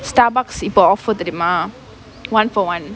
Starbucks இப்ப:ippa offer தெரியுமா:theriyumaa one for one